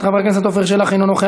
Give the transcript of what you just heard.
חבר הכנסת אחמד טיבי, אינו נוכח.